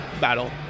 battle